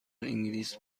انگلیس